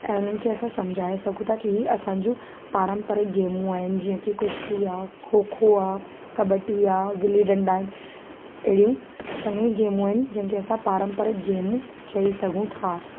ऐं उन्हनि खे असां सम्झाए सघूं था की हीअ असां जूं पारंपरिक गेमूं आहिनि जीअं की कुश्ती आहे खो खो आहे कॿडी आहे गिली डंडा आहिनि अहिड़ियूं चङी गेमियूं आहिनि जंहिंखें असां पारंपरिक गेमूं चई सघूं था